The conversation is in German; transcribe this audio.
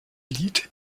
lied